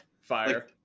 fire